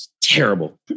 Terrible